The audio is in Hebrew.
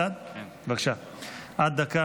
סדר-היום,